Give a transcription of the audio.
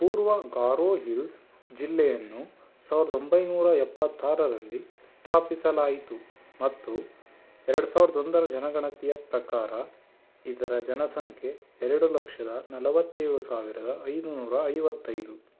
ಪೂರ್ವ ಗಾರೋ ಹಿಲ್ಸ್ ಜಿಲ್ಲೆಯನ್ನು ಸಾವಿರದ ಒಂಬೈನೂರ ಎಪ್ಪತ್ತಾರರಲ್ಲಿ ಸ್ಥಾಪಿಸಲಾಯಿತು ಮತ್ತು ಎರಡು ಸಾವಿರದ ಒಂದರ ಜನಗಣತಿಯ ಪ್ರಕಾರ ಇದರ ಜನಸಂಖ್ಯೆ ಎರಡು ಲಕ್ಷದ ನಲವತ್ತೇಳು ಸಾವಿರದ ಐನೂರ ಐವತ್ತೈದು